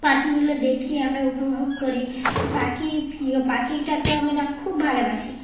পাখিগুলো দেখি আমরা উপভোগ করি পাখি প্রিয় পাখিটাকে আমি এ খুব ভালোবাসি